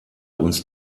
uns